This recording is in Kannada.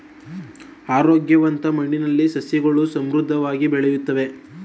ಆರೋಗ್ಯವಂತ ಮಣ್ಣಿನಲ್ಲಿ ಸಸ್ಯಗಳು ಸಮೃದ್ಧವಾಗಿ ಬೆಳೆಯುತ್ತವೆ